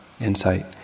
insight